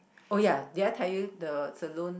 oh ya did I tell you the saloon